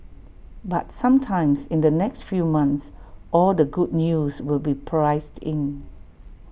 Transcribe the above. but sometimes in the next few months all the good news will be priced in